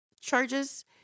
charges